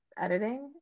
editing